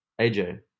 AJ